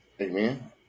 Amen